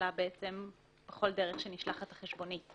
מדובר בכל דרך שנשלחת החשבונית.